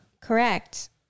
Correct